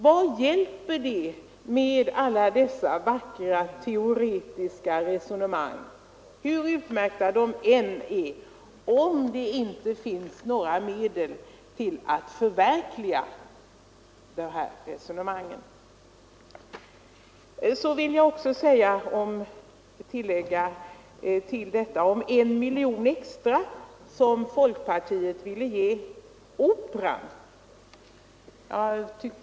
Vad hjälper det med alla dessa vackra teoretiska resonemang, hur utmärkta de än är, om det inte finns några medel till att omsätta teorierna i praktiken? Så skall jag tillägga några ord om den miljon extra som folkpartiet vill ge Operan.